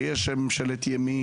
שיש ממשלת ימין,